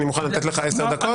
אני מוכן לתת לך 10 דקות.